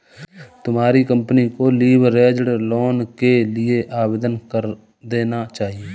तुम्हारी कंपनी को leveraged loan के लिए आवेदन कर देना चाहिए